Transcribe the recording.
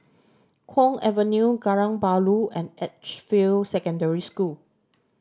Kwong Avenue Kallang Bahru and Edgefield Secondary School